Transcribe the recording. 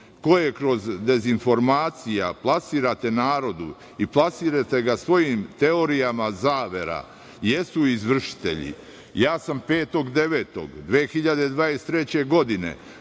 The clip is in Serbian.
koje kroz dezinformacije plasirate narodu i plasirate ga svojim teorijama zavera jesu izvršitelji. Dana 5. 9. 2023. godine